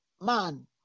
man